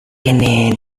ini